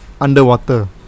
Underwater